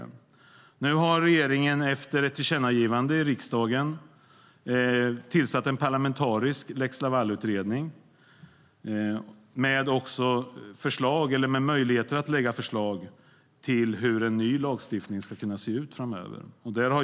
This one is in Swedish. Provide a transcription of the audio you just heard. Nu har regeringen efter ett tillkännagivande i riksdagen tillsatt en parlamentarisk lex Laval-utredning med möjlighet att lägga förslag på hur en ny lagstiftning skulle kunna se ut framöver.